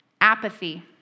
apathy